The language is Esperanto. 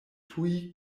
tuj